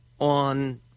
on